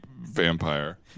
vampire